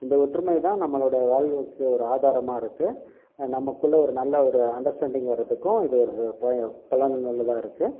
இந்த ஒற்றுமைதான் நம்மளோட வாழ்வுக்கு ஒரு ஆதாரமாக இருக்குது நமக்குள்ளே ஒரு நல்ல ஒரு அண்டர்ஸ்டாண்டிங் வர்றத்துக்கும் இது ஒரு பலன் உள்ளதாக இருக்கும்